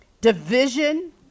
division